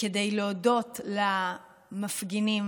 כדי להודות למפגינים